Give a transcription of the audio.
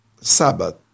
Sabbath